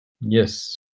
yes